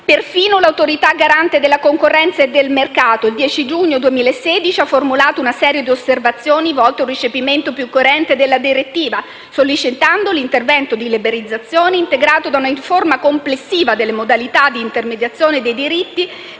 Perfino l'Autorità garante della concorrenza e del mercato, il 10 giugno 2016, ha formulato una serie di osservazioni volte ad un recepimento più coerente della direttiva, sollecitando l'intervento di liberalizzazione integrato da una riforma complessiva delle modalità di intermediazione dei diritti